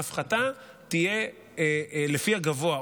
ההפחתה תהיה לפי הגבוה,